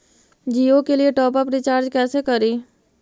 जियो के लिए top up recharge कैसे करी?